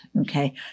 okay